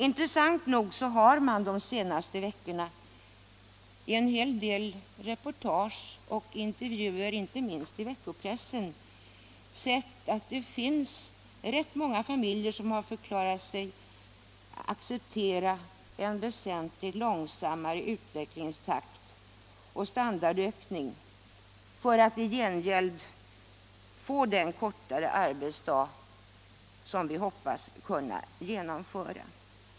Intressant nog har man de senaste veckorna sett i en hel del reportage och intervjuer, inte minst i veckopressen, att rätt många familjer har förklarat sig acceptera en väsentligt långsammare utvecklingstakt och standardökning för att i gengäld få den kortare arbetsdag som vi hoppas kunna genomföra.